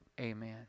amen